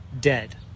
dead